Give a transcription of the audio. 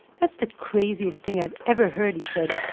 that's the craziest thing i've ever heard, he said.